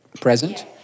present